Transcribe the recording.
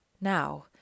Now